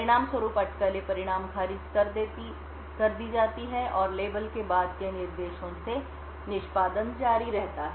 परिणामस्वरूप अटकलें परिणाम खारिज कर दी जाती हैं और लेबल के बाद के निर्देशों से निष्पादन जारी रहता है